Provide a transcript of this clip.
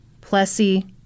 Plessy